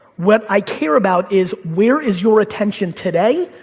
what i care about is where is your attention today,